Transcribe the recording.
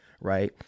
Right